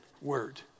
word